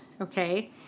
Okay